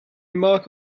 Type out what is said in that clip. mark